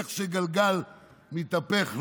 איך שגלגל מתהפך לו.